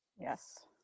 Yes